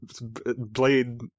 blade